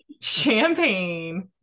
champagne